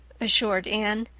assured anne.